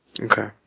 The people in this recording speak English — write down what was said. Okay